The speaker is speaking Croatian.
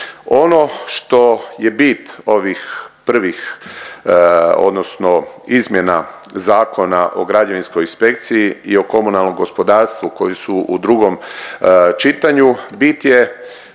Ono što je bit ovih prvih odnosno izmjena Zakona o građevinskoj inspekciji i o komunalnom gospodarstvu koji su u drugom čitanju, bit je